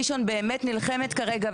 ראשון באמת נלחמת כרגע,